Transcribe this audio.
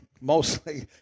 mostly